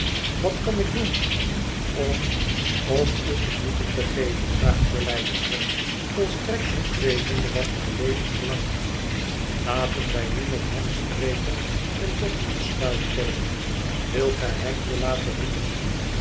wat kan ik doen om om u genoegen te geven vraagt sir leicester volstrekt niet wetende wat mylady verlangt laten wij nu met hem spreken en tot een hesluit komen wilt gij hem hier laten roepen